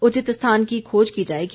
उचित स्थान की खोज की जाएगी